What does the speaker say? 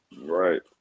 Right